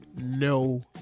No